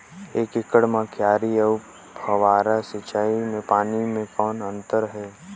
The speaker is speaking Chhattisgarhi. एक एकड़ म क्यारी अउ फव्वारा सिंचाई मे पानी के कौन अंतर हे?